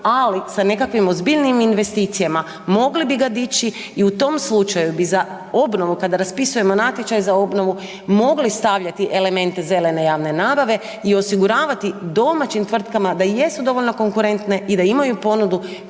ali sa nekakvim ozbiljnijim investicijama, mogli bi ga dići i u tom slučaju bi za obnovu kada raspisujemo natječaj za obnovu mogli stavljati elemente zelene javne nabave i osiguravati domaćim tvrtkama da jesu dovoljno konkurentne i da imaju ponudu